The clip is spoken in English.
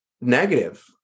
negative